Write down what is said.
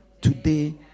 today